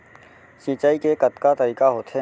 सिंचाई के कतका तरीक़ा होथे?